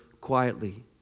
quietly